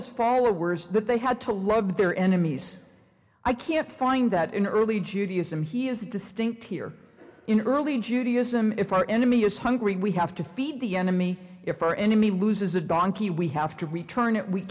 his followers that they had to love their enemies i can't find that in early judaism he is distinct here in early judaism if our enemy is hungry we have to feed the enemy if our enemy loses a donkey we have to return it we